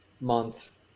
month